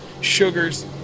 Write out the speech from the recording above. sugars